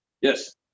Yes